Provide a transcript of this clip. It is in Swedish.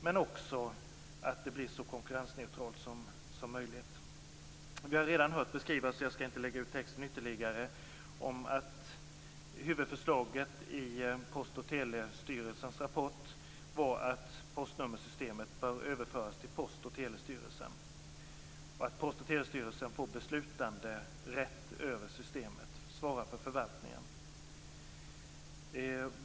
Det måste också bli så konkurrensneutralt som möjligt. Vi har redan hört en beskrivning - jag skall inte lägga ut texten ytterligare - om att huvudförslaget i Post och telestyrelsens rapport var att postnummersystemet bör överföras till Post och telestyrelsen och att Post och telestyrelsen skall ha beslutanderätt över systemet och ansvara för förvaltningen.